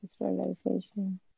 industrialization